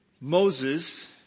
Moses